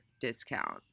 discount